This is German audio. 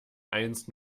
eins